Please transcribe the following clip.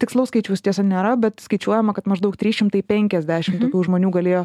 tikslaus skaičiaus tiesa nėra bet skaičiuojama kad maždaug trys šimtai penkiasdešim tokių žmonių galėjo